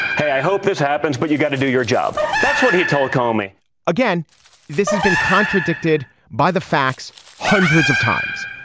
hey i hope this happens but you've got to do your job. that's what he told call me again this has been contradicted by the facts hundreds of times.